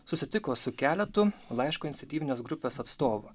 susitiko su keletu laiško iniciatyvinės grupės atstovų